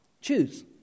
Choose